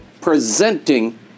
presenting